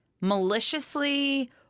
maliciously